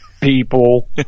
people